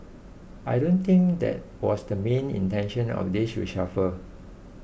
I don't think that was the main intention of this reshuffle